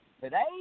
today